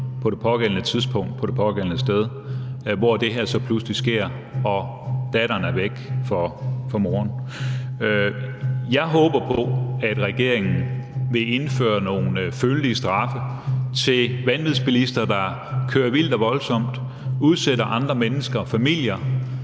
på det pågældende tidspunkt på det pågældende sted, hvor det her så pludselig sker – og datteren er væk for moren. Jeg håber på, at regeringen vil indføre nogle følelige straffe til vanvidsbilister, der kører vildt og voldsomt, udsætter andre mennesker og familier